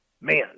man